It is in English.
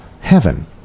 heaven